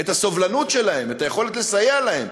את הסובלנות שלהם, את היכולת לסייע להם.